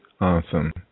Awesome